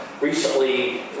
Recently